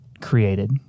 created